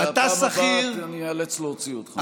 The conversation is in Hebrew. ובפעם הבאה אני אאלץ להוציא אותך.